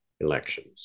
elections